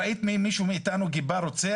ראית שמישהו מאתנו גיבה רוצח?